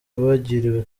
bagiriwe